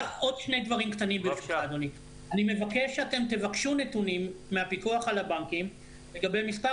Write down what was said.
אני מבקש שאתם תבקשו נתונים מהפיקוח על הבנקים לגבי מספר